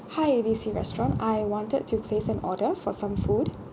hi A B C restaurant I wanted to place an order for some food